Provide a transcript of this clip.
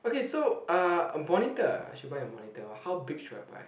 okay so uh a monitor I should buy a monitor how big should I buy ah